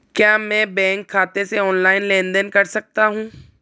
क्या मैं बैंक खाते से ऑनलाइन लेनदेन कर सकता हूं?